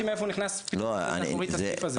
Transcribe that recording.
מאיפה נכנס פתאום בדלת האחורית הסעיף הזה.